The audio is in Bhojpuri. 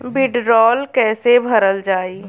वीडरौल कैसे भरल जाइ?